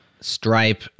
stripe